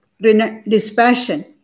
dispassion